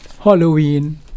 Halloween